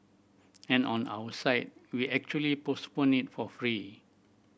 and on our side we actually postpone it for free